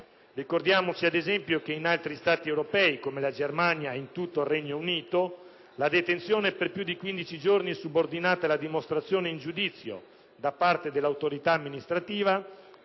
Ricordiamoci che in altri Stati europei, come ad esempio la Germania e in tutto il Regno Unito, la detenzione per più di 15 giorni è subordinata alla dimostrazione in giudizio da parte dell'autorità amministrativa